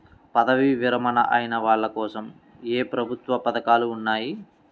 పదవీ విరమణ అయిన వాళ్లకోసం ఏ ప్రభుత్వ పథకాలు ఉన్నాయి?